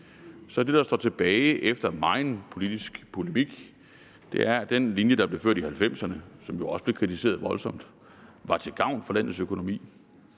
er det, der står tilbage efter megen politisk polemik, at den linje, der blev ført i 1990'erne, og som jo også blev kritiseret voldsomt, var til gavn for landets økonomi.